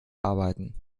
arbeiten